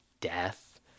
death